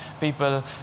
people